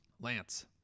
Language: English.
Lance